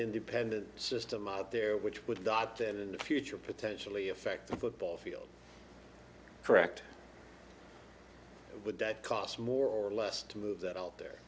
independent system out there which would dot that in the future potentially affect the football field correct would that cost more or less to move that all there